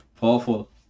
Powerful